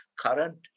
current